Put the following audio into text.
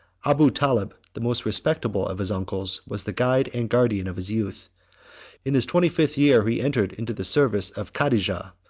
abu taleb, the most respectable of his uncles, was the guide and guardian of his youth in his twenty-fifth year, he entered into the service of cadijah,